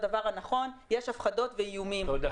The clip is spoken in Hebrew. הדבר הנכון יש הפחדות ואיומים -- תודה.